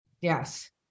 yes